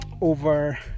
over